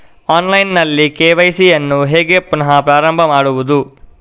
Online ನಲ್ಲಿ KYC ಯನ್ನು ಹೇಗೆ ಪುನಃ ಪ್ರಾರಂಭ ಮಾಡುವುದು?